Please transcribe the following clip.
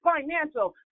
financial